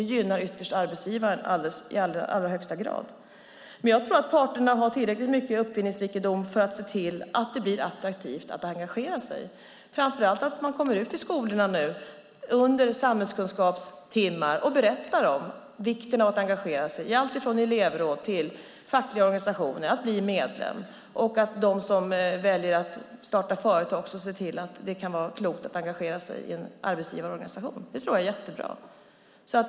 Det gynnar ytterst arbetsgivaren i allra högsta grad. Jag tror att parterna har tillräckligt mycket uppfinningsrikedom för att se till att det blir attraktivt att engagera sig, framför allt att de kommer ut i skolorna på samhällskunskapstimmar och berättar om vikten av att engagera sig i allt från elevråd till fackliga organisationer och att bli medlem och att det kan vara klokt för dem som väljer att starta företag att engagera sig i en arbetsgivarorganisation. Det tror jag är jättebra.